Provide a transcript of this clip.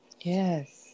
Yes